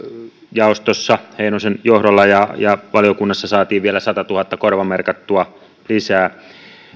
jaostossa heinosen johdolla ja ja valiokunnassa saatiin vielä satatuhatta korvamerkattua lisää